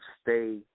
stay